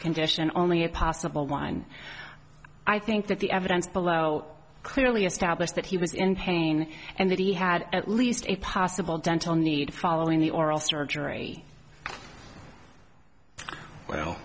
condition only a possible one i think that the evidence below clearly established that he was in pain and that he had at least a possible dental need following the oral surgery